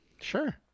Sure